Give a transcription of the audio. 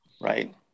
Right